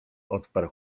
odparł